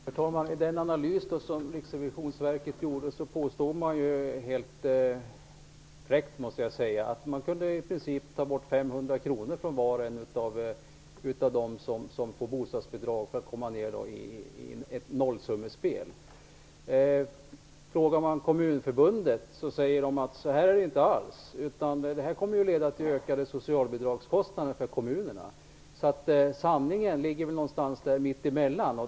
Herr talman! I den analys som Riksrevisionsverket har gjort påstås - helt fräckt, måste jag säga - att man i princip kan ta bort 500 kr från var och en som får bostadsbidrag för att komma ned i ett nollsummespel. Frågar man folk på Kommunförbundet säger de att det inte alls är på det viset. Detta skulle tvärtom att leda till ökade socialbidragskostnader för kommunerna. Sanningen ligger väl någonstans mittemellan.